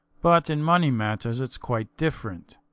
but in money matters it's quite different.